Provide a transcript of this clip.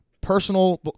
personal